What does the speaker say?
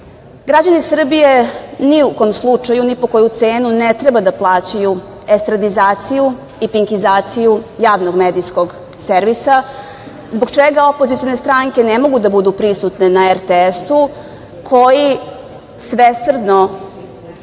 Srbije ni u kom slučaju, ni po koju cenu ne treba da plaćaju estradizaciju i pinkizaciju javnog medijskog servisa, zbog čega opozicione stranke ne mogu da budu prisutne na RTS-u, koji svesrdno